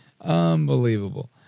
Unbelievable